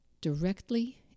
directly